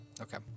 Okay